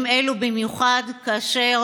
דוגמה לכך היא שהולכת להיסגר, לצערי,